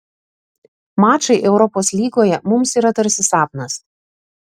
mačai europos lygoje mums yra tarsi sapnas